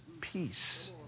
peace